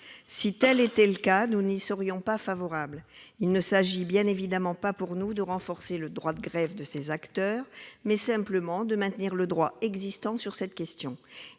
Si tel était le cas, nous n'y serions pas favorables. Il ne s'agit bien évidemment pas pour nous de renforcer le droit de grève de ces acteurs, mais simplement de maintenir le droit existant sur cette question.